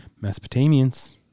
Mesopotamians